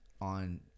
on